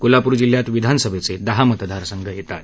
कोल्हापूर जिल्ह्यात विधानसभेचे दहा मतदारसंघ आहेत